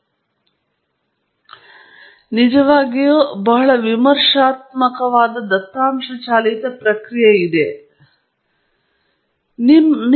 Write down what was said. ಮತ್ತು ಈ ಎಲ್ಲಾ ವಾಸ್ತವವಾಗಿ ಡೊಮೇನ್ ಜ್ಞಾನ ನಾನು ಇಲ್ಲಿ ಹೈಲೈಟ್ ಎಂದು ಬಹಳ ಮುಖ್ಯ ಮತ್ತು ನಾವು ಸ್ಥೂಲವಾದ ಹಿಂದಿರುಗಿ ಮತ್ತು ಡೇಟಾ ವಿಶ್ಲೇಷಣೆಯಲ್ಲಿ ಒಳಗೊಂಡಿರುವ ವ್ಯವಸ್ಥಿತ ಪ್ರಕ್ರಿಯೆಯನ್ನು ಚರ್ಚಿಸಲು ನಾವು ಸ್ವಲ್ಪ ನಂತರ ಈ ಬಗ್ಗೆ ಮಾತನಾಡಬಹುದು